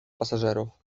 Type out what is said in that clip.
pasażerów